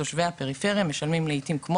אז תושבי הפריפריה משלמים לעיתים כמו